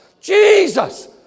Jesus